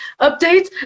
updates